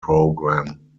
program